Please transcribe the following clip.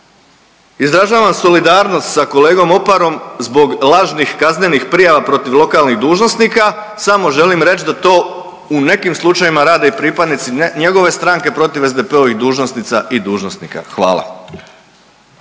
izražavam solidarnost sa kolegom Oparom zbog lažnih kaznenih prijava protiv lokalnih dužnosnika, samo mu želim reć da to u nekim slučajevima rade i pripadnici njegove stranke protiv SDP-ovih dužnosnica i dužnosnika. Hvala.